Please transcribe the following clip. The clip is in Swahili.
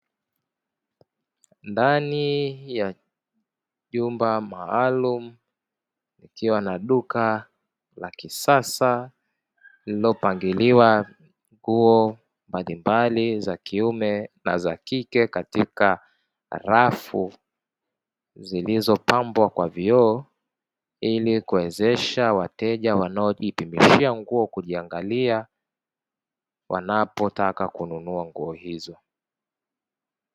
Ndani ya jumba maalumu likiwa na Duka la kisasa lililopangiliwa nguo mbalimbali za kiume na za kike katika rafu, zilizopambwa kwa vioo ili kuwezesha wateja wanao jipimishia nguo kujiangalia wanapotaka kununua nguo hizo.